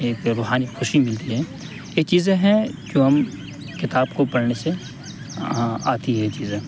ایک روحانی خوشی ملتی ہے یہ چیزیں ہیں جو ہم کتاب کو پڑھنے سے آتی ہیں یہ چیزیں